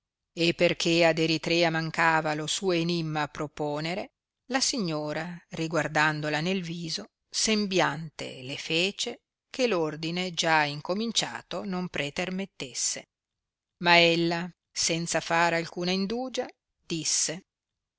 e perchè ad eritrea mancava lo suo enimma proponere la signora riguardandola nel viso sembiante le fece che ordine già incominciato non pretermettesse ma ella senza far alcuna indugia disse